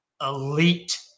elite